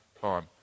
time